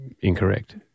incorrect